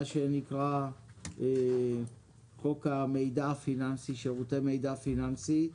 מה שנקרא חוק המידע הפיננסי, שירותי מידע פיננסי.